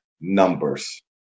numbers